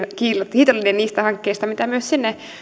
kiitollinen niistä hankkeista mitä myös sinne